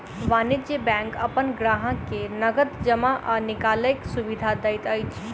वाणिज्य बैंक अपन ग्राहक के नगद जमा आ निकालैक सुविधा दैत अछि